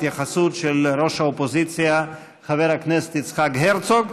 התייחסות של ראש האופוזיציה חבר הכנסת יצחק הרצוג.